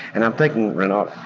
and i'm thinking, renault,